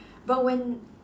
but when